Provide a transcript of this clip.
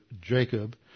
Jacob